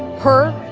her?